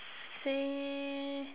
say